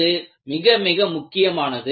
இது மிக மிக முக்கியமானது